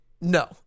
No